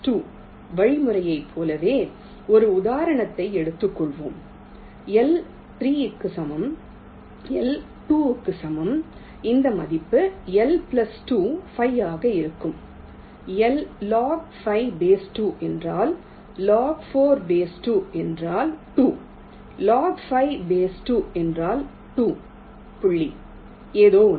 ⌈log2L2⌉ வழிமுறையைப் போலவே ஒரு உதாரணத்தை எடுத்துக் கொள்வோம் L 3 க்கு சமம் L 2 க்கு சமம் இந்த மதிப்பு L 2 5 ஆக இருக்கும் log25 என்றால் log24 என்றால் 2 log25 என்றால் 2 புள்ளி ஏதோ ஒன்று